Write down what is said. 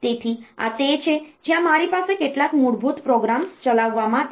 તેથી આ તે છે જ્યાં મારી પાસે કેટલાક મૂળભૂત પ્રોગ્રામ્સ ચલાવવા માટે છે